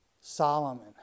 Solomon